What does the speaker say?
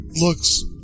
Looks